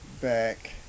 Back